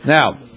Now